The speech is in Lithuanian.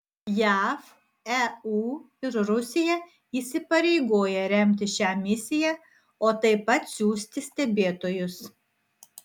jav eu ir rusija įsipareigoja remti šią misiją o taip pat siųsti stebėtojus